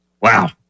Wow